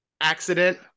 accident